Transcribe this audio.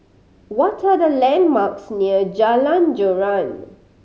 what are the landmarks near Jalan Joran